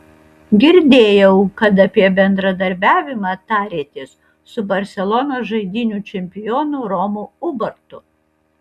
girdėjau kad apie bendradarbiavimą tarėtės su barselonos žaidynių čempionu romu ubartu